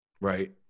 Right